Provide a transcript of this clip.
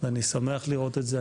ואני שמח לראות את זה.